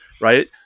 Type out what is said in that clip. right